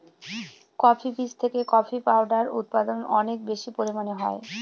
coffee বীজ থেকে coffee powder উৎপাদন অনেক বেশি পরিমানে হয়